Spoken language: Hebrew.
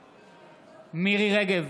בעד מירי מרים רגב,